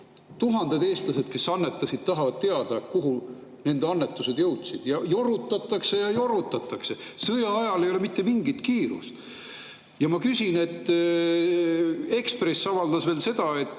Tuhanded eestlased, kes annetasid, tahavad teada, kuhu nende annetused jõudsid. Aga jorutatakse ja jorutatakse – sõja ajal ei ole mitte mingit kiirust! Ma küsin. Ekspress avaldas veel, et